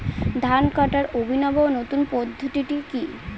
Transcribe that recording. ধান কাটার অভিনব নতুন পদ্ধতিটি কি?